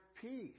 peace